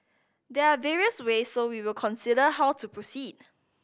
there are various ways so we will consider how to proceed